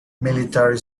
military